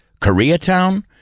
Koreatown